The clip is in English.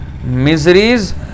Miseries